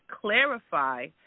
clarify